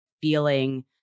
feeling